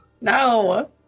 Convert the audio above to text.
No